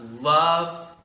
love